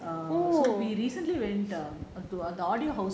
err so we recently went um to the audio house